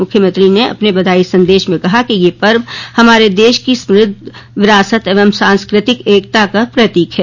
मुख्यमंत्री ने अपने बधाई संदेश में कहा कि यह पर्व हमारे देश की समृद्ध विरासत एवं सांस्कृतिक एकता का प्रतीक है